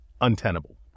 untenable